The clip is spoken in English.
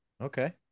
Okay